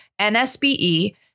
NSBE